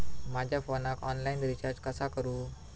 माझ्या फोनाक online recharge कसा करू?